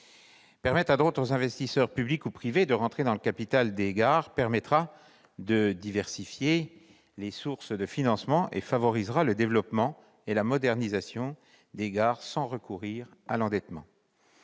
Ouvrir à d'autres investisseurs, publics ou privés, le capital des gares permettra de diversifier les sources de financement et favorisera le développement et la modernisation des gares, sans recourir à l'endettement.